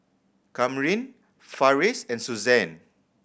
Kamryn Farris and Suzann